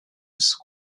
was